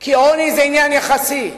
כי עוני זה עניין יחסי.